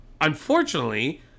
Unfortunately